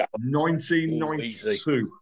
1992